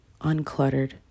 uncluttered